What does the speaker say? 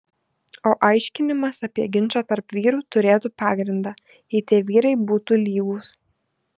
o aiškinimas apie ginčą tarp vyrų turėtų pagrindą jei tie vyrai būtų lygūs